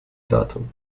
datum